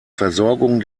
versorgung